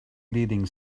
leading